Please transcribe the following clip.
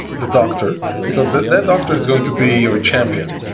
the doctor, because that doctor is going to be your champion,